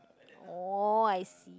oh I see